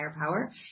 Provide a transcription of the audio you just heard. power